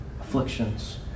afflictions